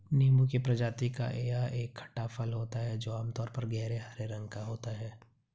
नींबू की प्रजाति का यह एक खट्टा फल होता है जो आमतौर पर गहरे हरे रंग का होता है